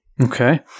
Okay